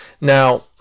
Now